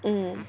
mm